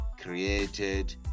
created